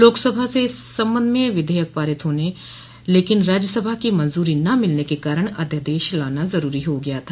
लोकसभा से इस सम्बन्ध में विधेयक पारित होने लेकिन राज्यसभा की मंजरी न मिलने के कारण अध्यादेश लाना ज़रूरी हो गया था